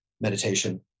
meditation